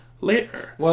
later